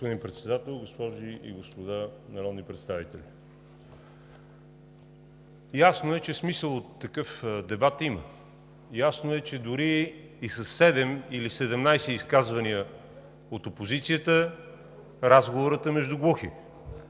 Господин Председател, госпожи и господа народни представители! Ясно е, че смисъл от такъв дебат има. Ясно е, че дори със 7 или 17 изказвания от опозицията разговорът е между глухи.